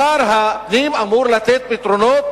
שר הפנים אמור לתת פתרונות